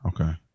okay